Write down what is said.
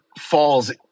falls